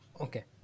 Okay